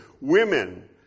Women